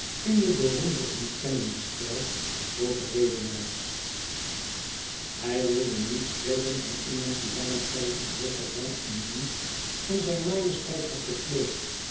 hij wilde niet spreken van iemand die langen tijd een hoogen rang in dienst van zijn majesteit had bekleed